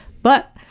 but,